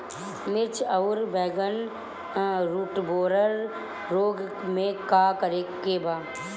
मिर्च आउर बैगन रुटबोरर रोग में का करे के बा?